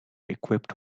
equipped